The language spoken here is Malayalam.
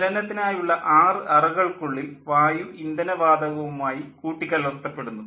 ജ്വലനത്തിനായുള്ള ആറ് അറകൾക്കുള്ളിൽ വായു ഇന്ധന വാതകവുമായി കൂട്ടിക്കലർത്തപ്പെടുന്നു